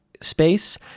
space